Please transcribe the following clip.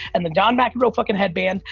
and the john mcenroe fucking headband,